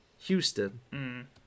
Houston